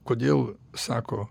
kodėl sako